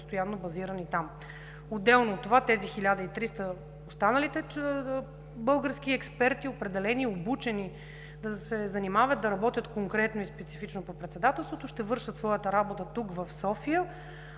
постоянно базирани там. Отделно от това останалите 1300 български експерти, определени и обучени да се занимават, да работят конкретно и специфично по председателството, ще вършат своята работа тук, в София,